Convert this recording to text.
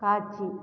காட்சி